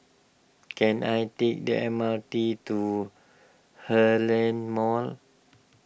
can I take the M R T to Heartland Mall